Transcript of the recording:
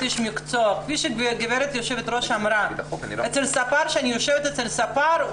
כשאני יושבת אצל הספר,